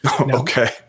okay